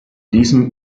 diesem